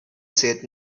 said